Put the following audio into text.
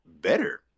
better